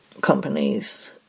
companies